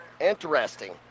Interesting